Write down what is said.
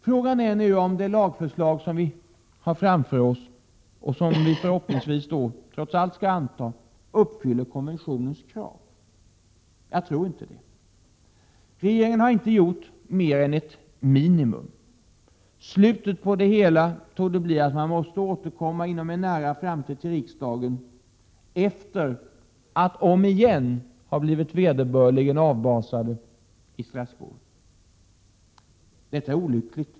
Frågan är nu om det lagförslag som vi förhoppningsvis trots allt skall anta uppfyller konventionens krav. Jag tror inte det. Regeringen har inte gjort mer än ett minimum. Slutet på det hela torde bli att man måste återkomma inom en nära framtid till riksdagen efter att om igen ha blivit vederbörligen avbasad i Strasbourg. Detta är olyckligt.